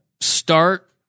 Start